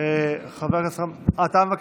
אה, אתה מבקש?